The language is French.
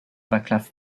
václav